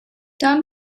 down